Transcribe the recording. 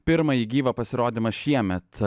pirmąjį gyvą pasirodymą šiemet